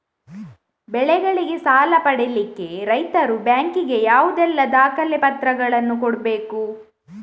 ಬೆಳೆಗಳಿಗೆ ಸಾಲ ಪಡಿಲಿಕ್ಕೆ ರೈತರು ಬ್ಯಾಂಕ್ ಗೆ ಯಾವುದೆಲ್ಲ ದಾಖಲೆಪತ್ರಗಳನ್ನು ಕೊಡ್ಬೇಕು?